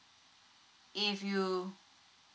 if you